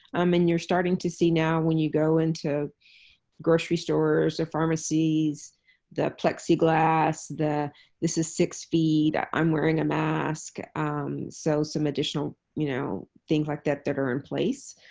um and you're starting to see now when you go into grocery stores or pharmacies the plexiglass, the this is six feet, i'm wearing a mask so some additional you know things like that that are in place,